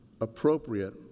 appropriate